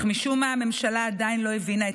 אך משום מה הממשלה עדיין לא הבינה את